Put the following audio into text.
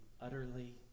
utterly